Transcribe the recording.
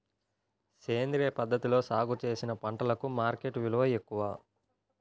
సేంద్రియ పద్ధతిలో సాగు చేసిన పంటలకు మార్కెట్ విలువ ఎక్కువ